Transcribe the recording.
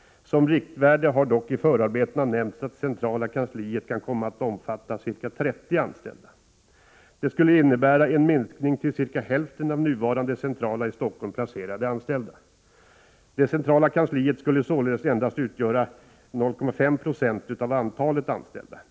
Som riktvärde har dock i förarbetena nämnts att det centrala kansliet kan komma att omfatta ca 30 anställda. Detta skulle innebära en minskning till ca 1/2 av nuvarande centrala, i Stockholm placerade, anställda. Det centrala kansliet skulle således endast utgöra 0,5 90 av antalet anställda.